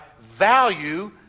value